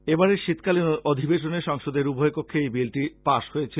এই বারের শীতকালীন অধিবেশন সংসদের উভয় কক্ষে এই বিলটি পাশ হয়েছিল